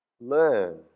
learn